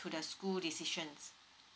to the school decisions